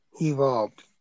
Evolved